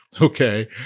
Okay